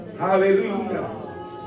Hallelujah